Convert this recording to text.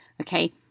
Okay